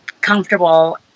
comfortable